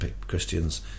Christians